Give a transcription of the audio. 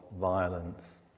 violence